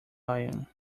lion